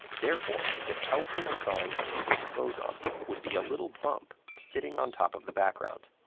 therefore, the tell-tale sign of the higgs boson would be a little bump sitting on top of the background.